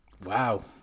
Wow